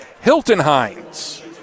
Hilton-Hines